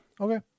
Okay